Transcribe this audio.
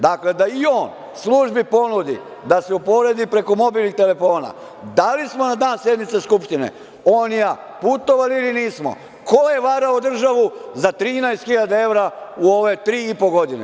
Dakle, da i on službi ponudi da se uporedi preko mobilnih telefona da li smo na dan sednice Skupštine on i ja putovali ili nismo, ko je varao državu za 13 hiljada evra u ove tri i po godine.